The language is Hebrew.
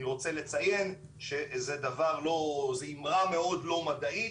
אני רוצה לציין שזו אמרה מאוד לא מדעית,